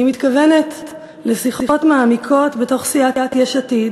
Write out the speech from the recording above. אני מתכוונת לשיחות מעמיקות בתוך סיעת יש עתיד